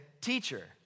Teacher